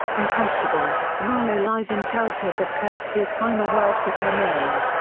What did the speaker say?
uncomfortable, marlow lies and tells her that kurtz's final word was her name.